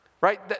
right